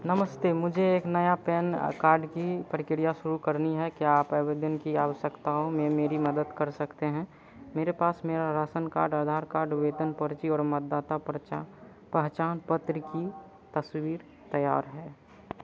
नमस्ते मुझे एक नया पैन कार्ड की प्रक्रिया शुरू करनी है क्या आप आवेदन की आवश्यकताओं में मेरी मदद कर सकते हैं मेरे पास मेरा राशन कार्ड आधार कार्ड वेतन पर्ची और मतदाता पर्चा पहचान पत्र की तस्वीर तैयार है